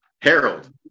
Harold